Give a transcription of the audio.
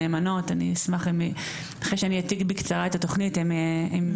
נאמנות ואני אשמח שאחרי שאני אעתיק בקצרה את התוכנית הם כולם